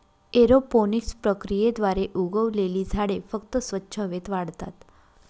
aeroponics प्रक्रियेद्वारे उगवलेली झाडे फक्त स्वच्छ हवेत वाढतात